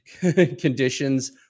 conditions